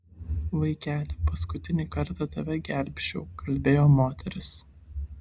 vaikeli paskutinį kartą tave gelbsčiu kalbėjo moteris